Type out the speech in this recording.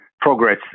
progress